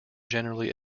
generally